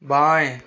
बाएँ